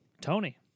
Tony